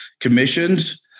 commissions